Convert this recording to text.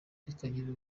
kikagira